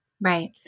Right